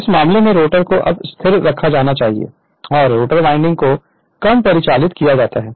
तो इस मामले में रोटर को अब स्थिर रखा जाना चाहिए और रोटर वाइंडिंग को कम परिचालित किया जाता है